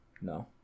No